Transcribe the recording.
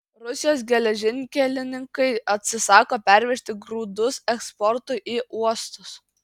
rusijos geležinkelininkai atsisako pervežti grūdus eksportui į uostus